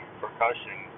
percussion